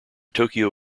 tokyo